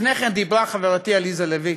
לפני כן דיברה חברתי עליזה לביא